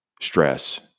stress